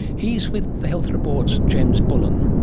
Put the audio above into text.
he's with the health report's james bullen.